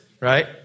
right